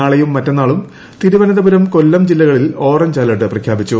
നാളെയും മറ്റെന്നാളും തിരുവനന്തപുരം കൊല്ലം ജില്ലകളിൽ ഓറഞ്ച് അലർട്ട് പ്രഖ്യാപിച്ചു